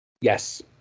Yes